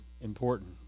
important